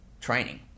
training